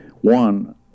One